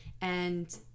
and-